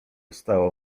stało